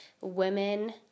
women